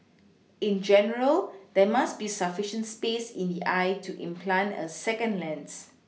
in general there must be sufficient space in the eye to implant a second lens